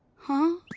huh?